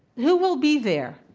who will be there?